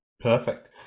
Perfect